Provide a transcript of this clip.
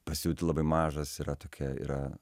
pasijauti labai mažas yra tokia yra